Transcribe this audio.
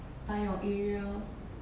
by your area